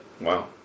Wow